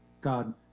God